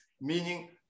meaning